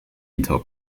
intel